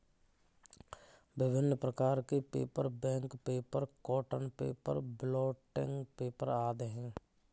विभिन्न प्रकार के paper, bank paper, cotton paper, blotting paper आदि हैं